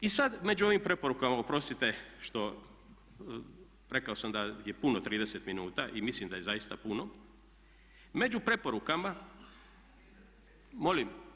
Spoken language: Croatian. I sada među ovim preporukama, oprostite što, rekao sam da je puno 30 minuta i mislim da je zaista puno, među preporukama …… [[Upadica se ne čuje.]] Molim?